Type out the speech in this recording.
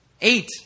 eight